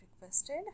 requested